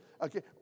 okay